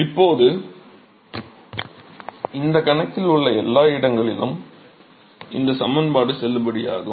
இப்போது இந்தக் கணக்கில் உள்ள எல்லா இடங்களிலும் இந்தச் சமன்பாடு செல்லுபடியாகும்